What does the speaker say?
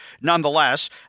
nonetheless